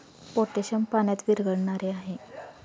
potassium पाण्यात विरघळणारे आहे